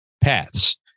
paths